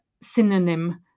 synonym